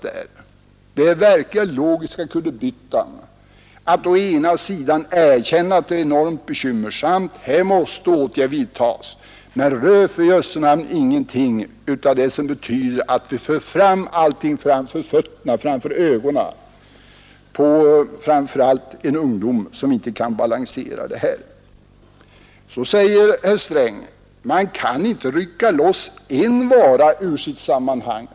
Det är däremot den verkligt logiska kullerbyttan att å ena sidan erkänna att förhållandena är enormt bekymmersamma och att åtgärder måste vidtas men å andra sidan inte göra någonting för att föra fram problemen framför ögonen på främst den ungdom som inte kan balansera den fria tillgången på mellanöl. Herr Sträng säger att man inte kan rycka loss en vara ur sitt sammanhang.